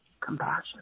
compassion